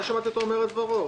לא שמעתי אותו אומר את דברו.